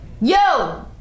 Yo